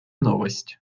новость